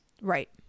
Right